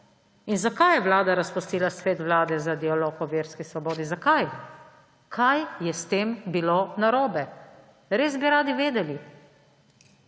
In zakaj je Vlada razpustila Svet Vlade za dialog o verski svobodi? Zakaj? Kaj je s tem bilo narobe? Res bi radi vedeli.